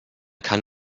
kann